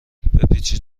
بپیچید